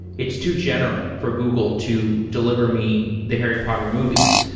it's too general for google to deliver me the harry potter movies.